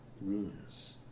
runes